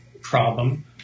problem